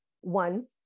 One